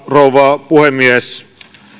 rouva puhemies